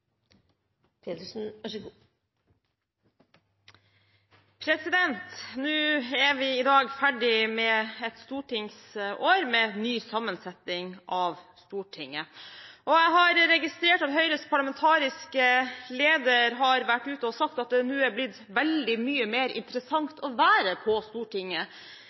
vi ferdig med et stortingsår med ny sammensetning av Stortinget. Jeg har registrert at Høyres parlamentariske leder har sagt at det nå er blitt veldig mye mer interessant å være på Stortinget,